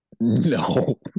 No